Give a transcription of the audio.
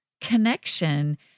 connection